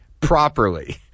properly